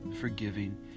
forgiving